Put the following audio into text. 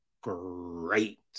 great